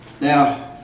Now